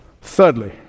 Thirdly